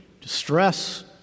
distress